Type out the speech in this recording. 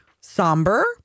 somber